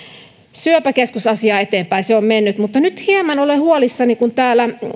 syöpäkeskusasiaa eteenpäin se on mennyt mutta nyt hieman olen huolissani kun täällä